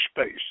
space